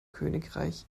königreich